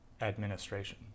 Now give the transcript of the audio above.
administration